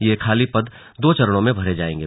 ये खाली पद दो चरणों में भरे जाएंगे